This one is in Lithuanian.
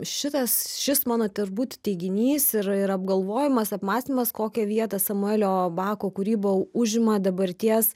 šitas šis mano turbūt teiginys ir ir apgalvojimas apmąstymas kokią vietą samuelio bako kūryba užima dabarties